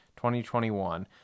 2021